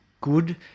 good